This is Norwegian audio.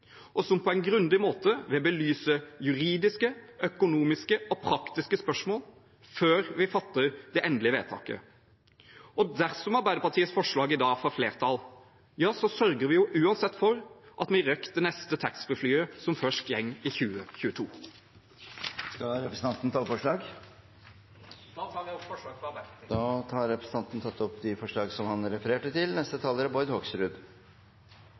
og som på en grundig måte vil belyse juridiske, økonomiske og praktiske spørsmål, før vi fatter det endelige vedtaket. Dersom Arbeiderpartiets forslag i dag får flertall, sørger vi uansett for at vi rekker det neste «taxfree-flyet», som først går i 2022. Skal representanten ta opp forslag? Da tar jeg opp forslaget fra Arbeiderpartiet og SV. Representanten Tellef Inge Mørland har tatt opp det forslaget han refererte til. Dette er